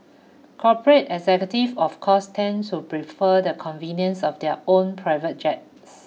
corporate executive of course tend so prefer the convenience of their own private jets